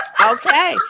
Okay